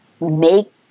make